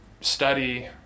study